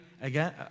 again